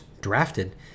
drafted